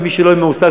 ומי שלא יהיה מועסק,